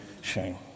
shame